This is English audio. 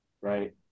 right